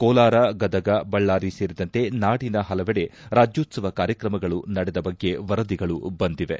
ಕೋಲಾರ ಗದಗ್ ಬಳ್ಳಾರಿ ಸೇರಿದಂತೆ ನಾಡಿನ ಪಲವೆಡೆ ರಾಜ್ಕೋತ್ಸವ ಕಾರ್ಯಕ್ರಮಗಳು ನಡೆದ ಬಗ್ಗೆ ವರದಿಗಳು ಬಂದಿವೆ